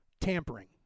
tampering